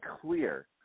clear